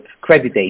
credit